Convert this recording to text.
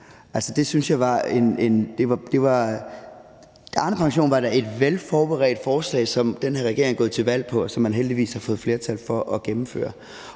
var da et velforberedt forslag, som den her regering er gået til valg på, og som man heldigvis har fået flertal for at gennemføre.